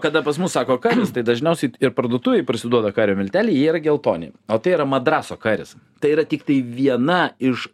kada pas mus sako karis tai dažniausiai ir parduotuvėj parsiduoda kario milteliai jie yra geltoni o tai yra madraso karis tai yra tiktai viena iš